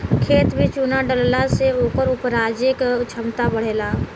खेत में चुना डलला से ओकर उपराजे क क्षमता बढ़ेला